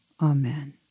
Amen